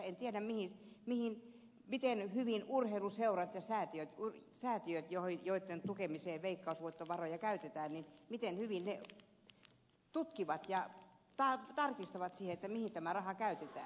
en tiedä miten hyvin urheiluseurat ja säätiöt joitten tukemiseen veikkausvoittovaroja käytetään tutkivat ja tarkistavat sen mihin tämä raha käytetään